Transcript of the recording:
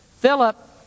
Philip